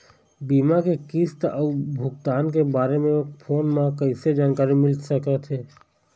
बीमा के किस्त अऊ भुगतान के बारे मे फोन म कइसे जानकारी मिल सकत हे?